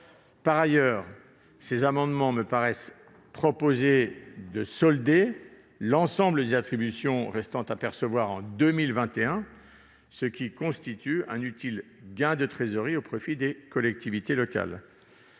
Par ailleurs, ces amendements visent, me semble-t-il, à solder l'ensemble des attributions restant à percevoir en 2021, ce qui constituerait un utile gain de trésorerie au profit des collectivités locales.